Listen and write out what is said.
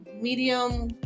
medium